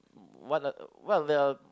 what are what are the